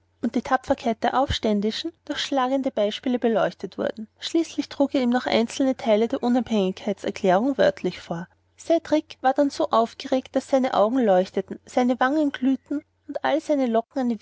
und die tapferkeit der aufständischen durch schlagende beispiele beleuchtet wurden schließlich trug er ihm noch einzelne teile der unabhängigkeitserklärung wörtlich vor cedrik war dann so aufgeregt daß seine augen leuchteten seine wangen glühten und all seine locken